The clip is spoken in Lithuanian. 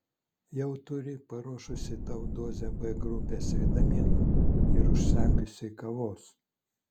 jau turi paruošusi tau dozę b grupės vitaminų ir užsakiusi kavos